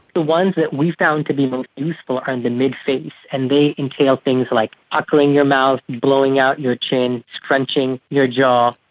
the ones that we found to be most useful are in the mid-face and they entail things like puckering your mouth, blowing out your chin, scrunching your jaw,